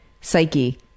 psyche